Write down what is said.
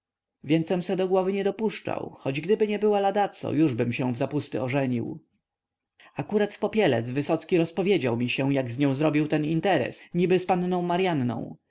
więcem se do głowy nie dopuszczał choć gdyby nie była ladaco jużbym się w zapusty ożenił akurat w popielec wysocki rozpowiedział mi jak się z nią zrobił ten interes niby z panną maryanną